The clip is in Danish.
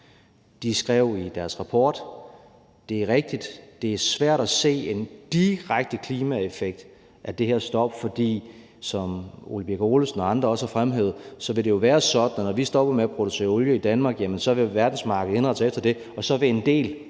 at det er rigtigt, at det er svært at se en direkte klimaeffekt af det her stop, for som hr. Ole Birk Olesen og andre også har fremhævet, vil det jo være sådan, at når vi stopper med at producere olie i Danmark, vil verdensmarkedet indrette sig efter det, og så vil en del